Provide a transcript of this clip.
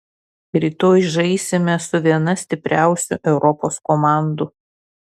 rytoj žaisime su viena stipriausių europos komandų